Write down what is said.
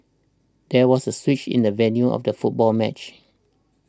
there was a switch in the venue of the football match